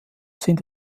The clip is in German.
sind